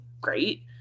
great